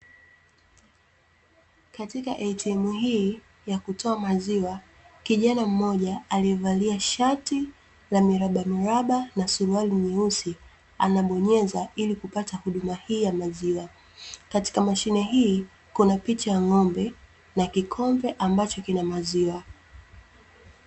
Katika ATM hii ya kutoa maziwa kijana mmoja aliyevalia shati la miraba miraba na suruali nyeusi, anabonyeza ili kupata huduma hii ya maziwa. Katika mashine hii kuna picha ya ng'ombe na kikombe ambacho kina maziwa.